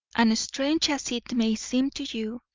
and, strange as it may seem to you,